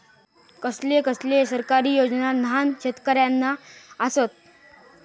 कसले कसले सरकारी योजना न्हान शेतकऱ्यांना आसत?